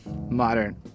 modern